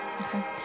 Okay